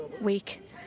week